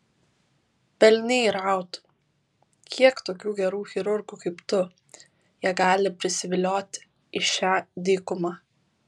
velniai rautų kiek tokių gerų chirurgų kaip tu jie gali prisivilioti į šią dykumą